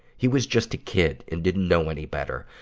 he was just a kid and didn't know any better.